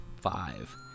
five